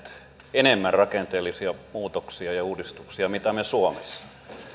enemmän rakenteellisia muutoksia ja uudistuksia kuin me suomessa